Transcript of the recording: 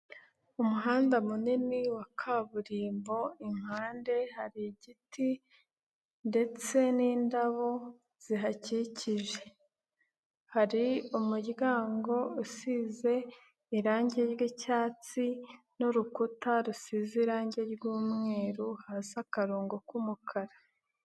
Umuhanda munini wa kaburimbo impande hari igiti ndetse n'indabo zihakikije, hari umuryango usize irangi ry'icyatsi n'urukuta rusize irangi r'yumweru, hasi akarongo k'umukara.